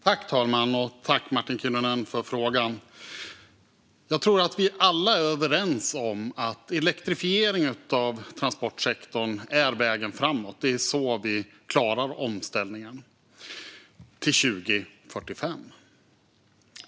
Herr talman! Tack, Martin Kinnunen, för frågan! Jag tror att vi alla är överens om att elektrifiering av transportsektorn är vägen framåt. Det är så vi klarar omställningen till 2045.